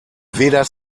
weder